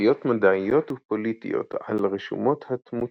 "תצפיות מדעיות ופוליטיות על רשומות התמותה"